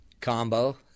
Combo